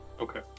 Okay